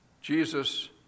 Jesus